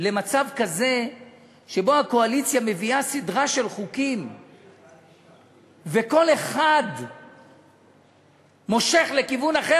למצב כזה שבו הקואליציה מביאה סדרה של חוקים וכל אחד מושך לכיוון אחר,